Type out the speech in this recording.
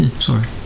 Sorry